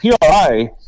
PRI